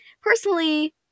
Personally